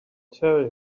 tell